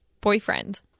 boyfriend